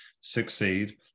succeed